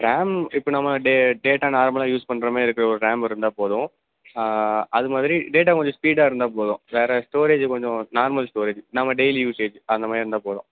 RAM இப்போ நம்ம data நார்மலாக யூஸ் பண்ணுற மாதிரி இருக்கிற ஒரு ரேம் இருந்தால் போதும் அது மாதிரி டேட்டா கொஞ்சம் ஸ்பீடாக இருந்தால் போதும் வேறு ஸ்டோரேஜ் கொஞ்சம் நார்மல் ஸ்டோரேஜ் நம்ம டெயிலி யூசேஜ் அந்த மாதிரி இருந்தால் போதும்